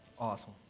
awesome